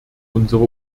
unsere